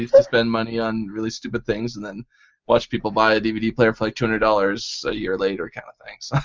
used to spend money on really stupid things and then watch people buy a dvd player for like two hundred dollars a year later kind of thing. so